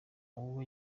uwo